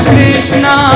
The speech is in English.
Krishna